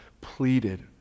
pleaded